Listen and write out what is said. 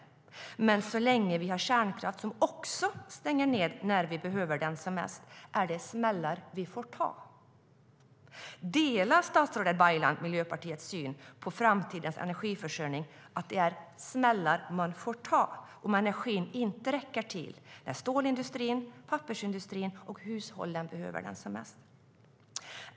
Men så länge vi har kärnkraft som också stänger ned när vi behöver den som mest är det smällar vi får ta. "Delar statsrådet Baylan Miljöpartiets syn på framtidens energiförsörjning, att det är "smällar vi får ta" om energin inte räcker till när stålindustrin, pappersindustrin och hushållen behöver den som mest?